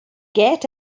get